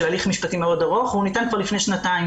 הליך משפטי מאוד ארוך והוא ניתן כבר לפני שנתיים.